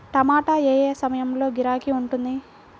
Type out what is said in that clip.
టమాటా ఏ ఏ సమయంలో గిరాకీ ఉంటుంది?